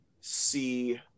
see